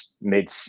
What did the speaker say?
made